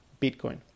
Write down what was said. Bitcoin